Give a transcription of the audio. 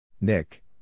Nick